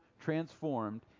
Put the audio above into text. transformed